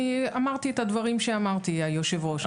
אני אמרתי את הדברים שאמרתי, היושב-ראש.